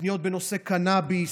פניות בנושא קנביס,